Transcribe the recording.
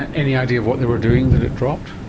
any idea of what they were doing that it dropped?